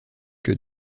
que